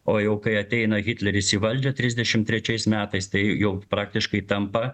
o jau kai ateina hitleris į valdžią trisdešimt trečiais metais tai jau praktiškai tampa